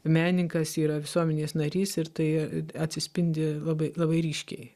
menininkas yra visuomenės narys ir tai atsispindi labai labai ryškiai